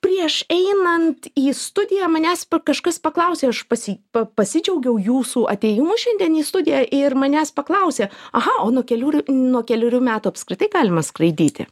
prieš einant į studiją manęs pa kažkas paklausė aš pasi pa pasidžiaugiau jūsų atėjimu šiandien į studiją ir manęs paklausė aha o nuo kelių r nuo kelerių metų apskritai galima skraidyti